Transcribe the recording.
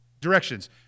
directions